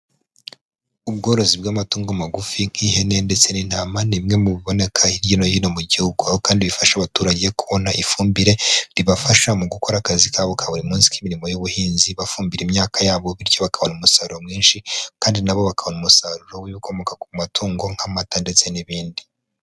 Ubworozi bw'amatungo magufi nk'ihene ndetse n'intama, ni bimwe mu biboneka hirya no hino mu gihugu. Aho kandi bifasha abaturage kubona ifumbire ribafasha mu gukora akazi kabo ka buri munsi k'imirimo y'ubuhinzi, bafumbira imyaka yabo bityo bakabona umusaruro mwinshi, kandi na bo bakabona umusaruro w'ibikomoka ku matungo nk'amata ndetse n'ibindi.